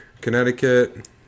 Connecticut